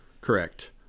Correct